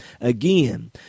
Again